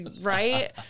right